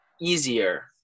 easier